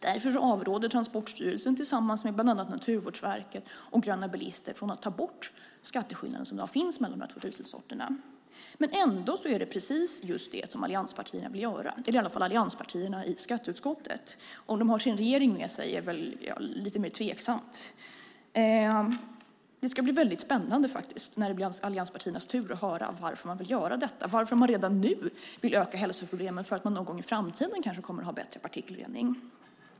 Därför avråder Transportstyrelsen tillsammans med bland annat Naturvårdsverket och Gröna Bilister från att den skatteskillnad som i dag finns mellan dessa två dieselsorter tas bort. Ändå är det precis just det som allianspartierna vill göra, i alla fall allianspartierna i skatteutskottet. Om de har sin regering med sig är lite mer tveksamt. Det ska bli väldigt spännande, när det blir allianspartiernas tur, att höra varför de vill göra detta och varför de redan nu vill öka hälsoproblemen för att man någon gång i framtiden kanske kommer att ha bättre partikelrening.